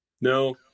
No